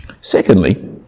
Secondly